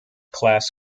class